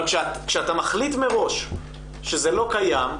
אבל כשאתה מחליט מראש שזה לא קיים,